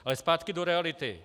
Ale zpátky do reality.